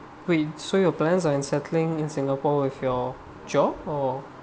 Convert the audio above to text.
wait so your plans are in settling in singapore with your job or